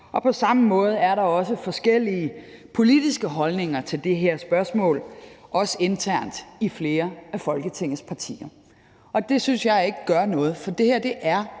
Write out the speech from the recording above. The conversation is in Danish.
På samme måde er der også forskellige politiske holdninger til det her spørgsmål, også internt i flere af Folketingets partier. Det synes jeg ikke gør noget, for det her er